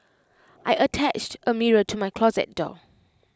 I attached A mirror to my closet door